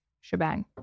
shebang